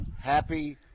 happy